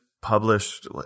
published